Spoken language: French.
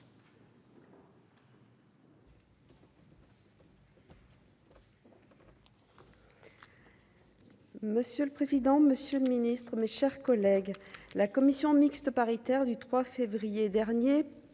Monsieur le président, Monsieur le Ministre, mes chers collègues, la commission mixte paritaire du 3 février dernier